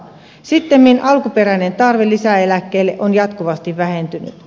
sittemmin alkuperäinen tarve lisäeläkkeelle on jatkuvasti vähentynyt